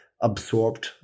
absorbed